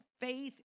Faith